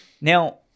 Now